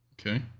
Okay